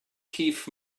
keith